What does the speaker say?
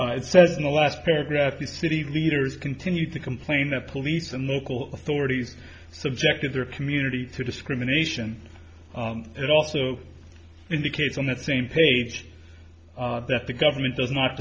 it says in the last paragraph the city leaders continued to complain that police and local authorities subjected their community to discrimination it also indicates on that same page that the government does not